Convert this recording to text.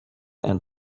and